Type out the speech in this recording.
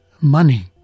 money